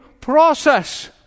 process